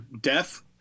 Death